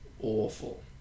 awful